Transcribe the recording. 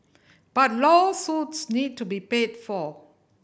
but lawsuits need to be paid for